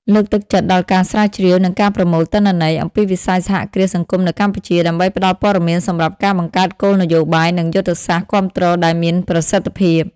លើកទឹកចិត្តដល់ការស្រាវជ្រាវ និងការប្រមូលទិន្នន័យ អំពីវិស័យសហគ្រាសសង្គមនៅកម្ពុជា ដើម្បីផ្តល់ព័ត៌មានសម្រាប់ការបង្កើតគោលនយោបាយ និងយុទ្ធសាស្ត្រគាំទ្រដែលមានប្រសិទ្ធភាព ។